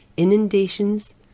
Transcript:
inundations